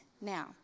Now